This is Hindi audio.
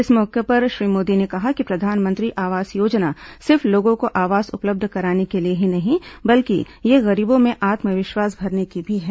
इस मौके पर श्री मोदी ने कहा कि प्रधानमंत्री आवास योजना सिर्फ लोगों को आवास उपलब्ध कराने के लिए ही नहीं है बल्कि ये गरीबों में आत्मविश्वास भरने की भी है